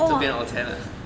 就这边 orh cheh liao